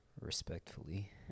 Respectfully